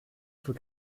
für